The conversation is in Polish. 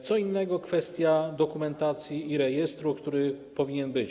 Co innego kwestia dokumentacji i rejestru, który powinien być.